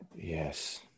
Yes